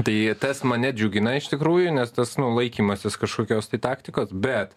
tai tas mane džiugina iš tikrųjų nes tas nu laikymasis kažkokios taktikos bet